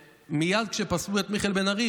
ומייד כשפסלו את מיכאל בן ארי,